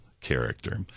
character